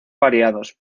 variados